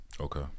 Okay